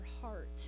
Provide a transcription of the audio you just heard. heart